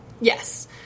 Yes